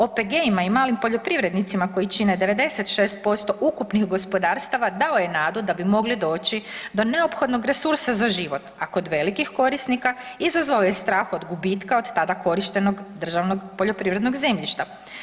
OPG-ima i malim poljoprivrednicima koji čine 96% ukupnih gospodarstava dao je nadu da bi mogli doći do neophodnog resursa za život a kod velikih korisnika izazvao je strah od gubitka od tada korištenog državnog poljoprivrednog zemljišta.